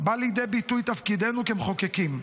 בא לידי ביטוי תפקידנו כמחוקקים.